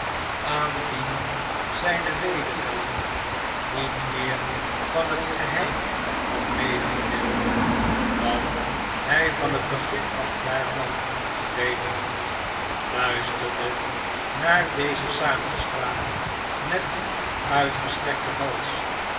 aan wien zijne wederhelft niet meer van het geheim had medegedeeld dan hij van het begin af daarvan geweten had luisterde naar deze samenspraak met uitgestrekten hals